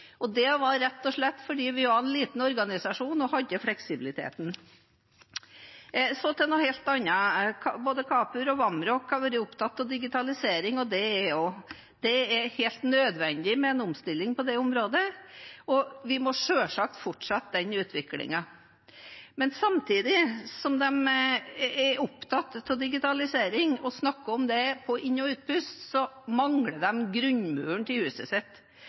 Det var rett og slett fordi vi var en liten organisasjon og hadde fleksibiliteten. Til noe helt annet: Både Kapur og Vamraak har vært opptatt av digitalisering, og det er jeg også. Det er helt nødvendig med en omstilling på det området, og vi må selvsagt fortsette den utviklingen. Men samtidig som de er opptatt av digitalisering og snakker om det på inn- og utpust, mangler de grunnmuren til huset sitt.